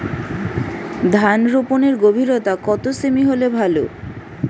ধান রোপনের গভীরতা কত সেমি হলে ভালো?